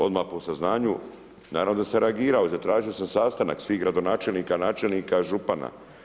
Odmah po saznanju naravno da sam reagirao i zatražio sam sastanak svih gradonačelnika, načelnika, župana.